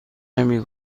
نمی